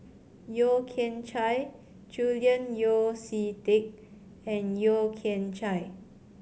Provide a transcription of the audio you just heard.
Yeo Kian Chye Julian Yeo See Teck and Yeo Kian Chai